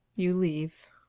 you leave.